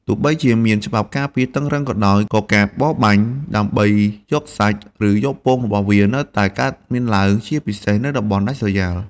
ទោះបីជាមានច្បាប់ការពារតឹងរ៉ឹងក៏ដោយ ក៏ការបរបាញ់ដើម្បីយកសាច់ ឬពងរបស់វា នៅតែកើតមានឡើង ជាពិសេសនៅតំបន់ដាច់ស្រយាល។